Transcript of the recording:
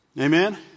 Amen